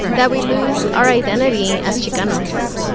that we lose our identity as chicanos,